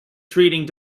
treating